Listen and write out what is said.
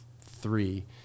three